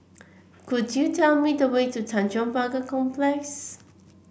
could you tell me the way to Tanjong Pagar Complex